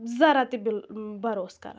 ذرا تہِ بِل بَروٗسہٕ کَران